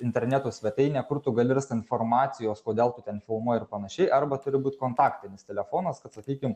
interneto svetainę kur tu gali rast informacijos kodėl tu ten filmuoji ir panašiai arba turi būt kontaktinis telefonas kad sakykim